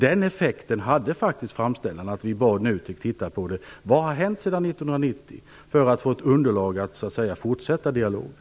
Den effekten hade faktiskt framställan. Vi bad NUTEK titta på vad som hade hänt sedan 1990 för att få ett underlag för att fortsätta dialogen.